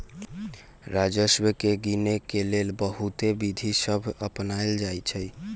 राजस्व के गिनेके लेल बहुते विधि सभ अपनाएल जाइ छइ